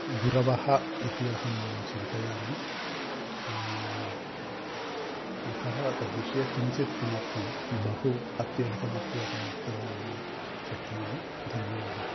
गुरवः इति अहं चिन्तयामि अतः तद्विषये किञ्चित् किमर्थं बहु अत्यधिकमपि अहं वक्तुं शक्नोमि धन्यवादः